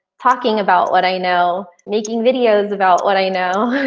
talking about what i know, making videos about what i know.